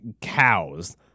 cows